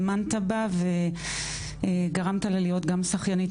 אני מצטרפת לאמירתה, שאין כאן ימין ושמאל.